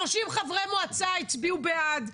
30 חברי מועצה הצביעו בעד.